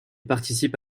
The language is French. participe